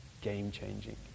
game-changing